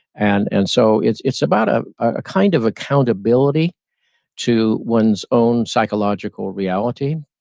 and and so, it's it's about a ah kind of accountability to one's own psychological reality,